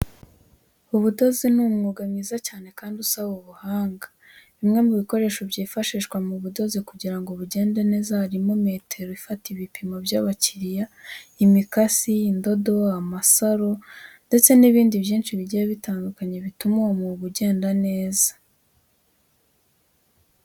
Ubudozi ni umwuga mwiza cyane kandi usaba ubuhanga. Bimwe mu bikoresho byifashishwa mu budozi kugira ngo bugende neza harimo metero ifata ibipimo by'abakiriya, imikasi, indodo, amasaro ndetse n'ibindi byinshi bigiye bitandukanye bituma uwo mwuga ugenda neza.